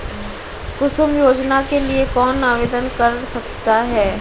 कुसुम योजना के लिए कौन आवेदन कर सकता है?